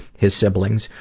his siblings,